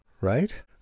right